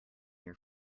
your